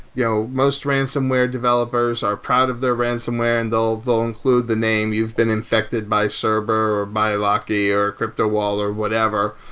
you know most ransonware developers are proud of their ransonware and they'll they'll include the name, you've been infected by so cerber, or by locky, or cryptowall, or whatever.